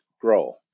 grow